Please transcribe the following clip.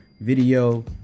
video